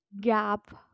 gap